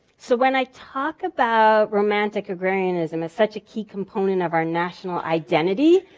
so when i talk about romantic agrarianism as such a key component of our national identity,